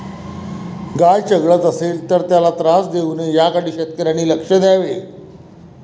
गाय चघळत असेल तर त्याला त्रास देऊ नये याकडे शेतकऱ्यांनी लक्ष द्यावे